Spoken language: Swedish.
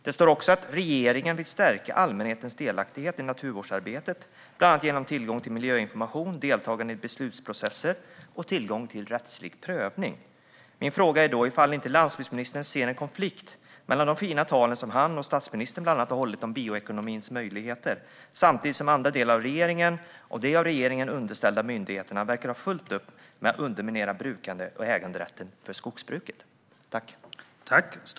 Det står också: "Regeringen vill stärka allmänhetens delaktighet i naturvårdsarbetet, bl.a. genom tillgång till miljöinformation, deltagande i beslutsprocesser och tillgång till rättslig prövning." Min fråga är: Ser inte landsbygdsministern en konflikt mellan att bland andra han och statsministern har hållit fina tal om bioekonomins möjligheter och att andra delar av regeringen och myndigheter underställda regeringen verkar ha fullt upp med att underminera brukande och äganderätten för skogsbruket?